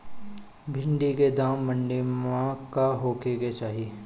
भिन्डी के दाम मंडी मे का होखे के चाही?